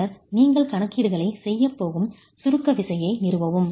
பின்னர் நீங்கள் கணக்கீடுகளைச் செய்யப் போகும் சுருக்க விசையை நிறுவவும்